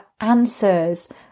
answers